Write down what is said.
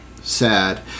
Sad